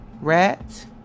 rat